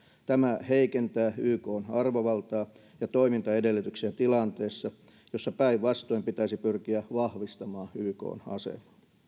tämä heikentää ykn arvovaltaa ja toimintaedellytyksiä tilanteessa jossa päinvastoin pitäisi pyrkiä vahvistamaan ykn asemaa